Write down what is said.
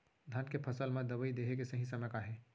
धान के फसल मा दवई देहे के सही समय का हे?